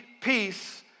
peace